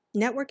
Networking